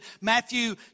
Matthew